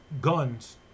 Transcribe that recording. guns